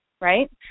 right